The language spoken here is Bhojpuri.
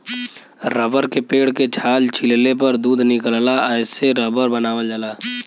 रबर के पेड़ के छाल छीलले पर दूध निकलला एसे रबर बनावल जाला